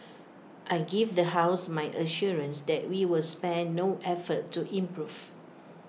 I give the house my assurance that we will spare no effort to improve